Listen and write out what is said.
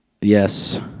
Yes